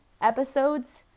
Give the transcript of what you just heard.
episodes